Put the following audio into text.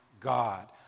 God